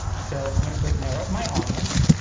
so i'm gonna click narrow my audience,